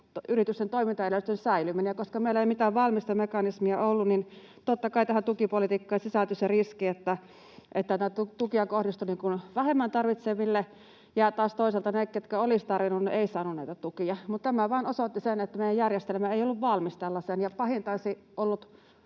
yritysten toimintaedellytysten säilyminen ja että koska meillä ei mitään valmista mekanismia ollut, niin totta kai tähän tukipolitiikkaan sisältyi se riski, että tukia kohdistui niin kuin vähemmän tarvitseville ja taas toisaalta ne, ketkä olisivat tarvinneet, eivät saaneet tukia. Tämä vain osoitti sen, että meidän järjestelmä ei ollut valmis tällaiseen, ja pahinta olisi ollut